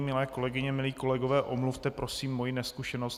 Milé kolegyně, milí kolegové, omluvte prosím moji nezkušenost.